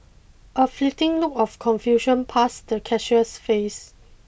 a fleeting look of confusion passed the cashier's face